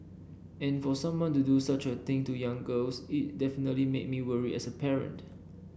and for someone to do such a thing to young girls it definitely made me worry as a parent